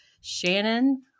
Shannon